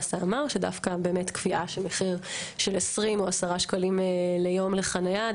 שדווקא באמת קביעה של מחיר של 10 20 שקלים ליום חניה,